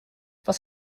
was